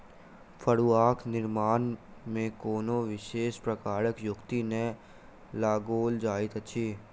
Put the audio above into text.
फड़ुआक निर्माण मे कोनो विशेष प्रकारक युक्ति नै लगाओल जाइत अछि